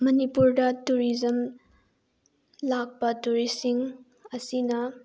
ꯃꯅꯤꯄꯨꯔꯗ ꯇꯨꯔꯤꯖꯝ ꯂꯥꯛꯄ ꯇꯨꯔꯤꯁꯁꯤꯡ ꯑꯁꯤꯅ